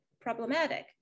problematic